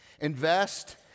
invest